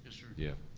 sir. yeah,